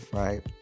right